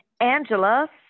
Angela